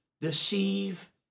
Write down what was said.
deceive